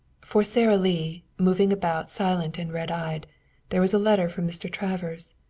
for sara lee, moving about silent and red-eyed, there was a letter from mr. travers.